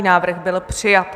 Návrh byl přijat.